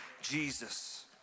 Jesus